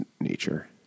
nature